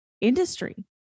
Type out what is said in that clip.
industry